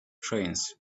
trains